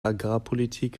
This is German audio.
agrarpolitik